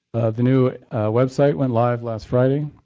the new website went live last friday.